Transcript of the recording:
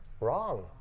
Wrong